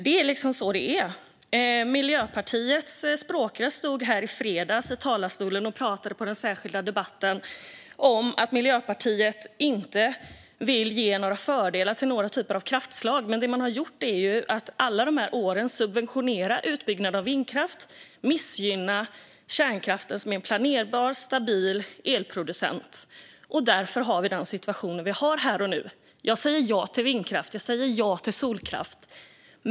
Det är så det är. Miljöpartiets språkrör stod här i fredags i talarstolen och talade i den särskilda debatten om att Miljöpartiet inte vill ge några fördelar till några typer av kraftslag. Men det man gjort är att man under alla dessa år har subventionerat vindkraft. Man missgynnat kärnkraften, som är en planerbar, stabil elproducent. Därför har vi den situation vi har här och nu. Jag säger ja till vindkraft. Jag säger ja till solkraft.